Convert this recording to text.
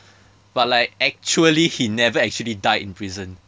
but like actually he never actually died in prison